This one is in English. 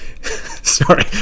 Sorry